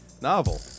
Novel